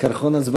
"קרחון עצבני".